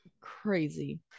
crazy